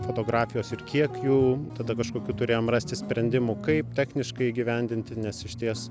fotografijos ir kiek jų tada kažkokių turėjom rasti sprendimų kaip techniškai įgyvendinti nes išties